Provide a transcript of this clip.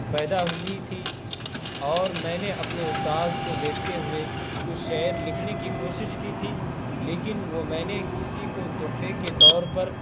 پیدا ہوئی تھی اور میں نے اپنے استاذ کو دیکھتے ہوئے کچھ شعر لکھنے کی کوشش کی تھی لیکن وہ میں نے کسی کو تحفے کے طور پر